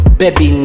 baby